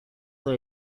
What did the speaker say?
con